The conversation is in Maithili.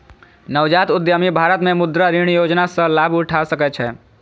नवजात उद्यमी भारत मे मुद्रा ऋण योजना सं लाभ उठा सकै छै